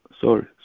sorry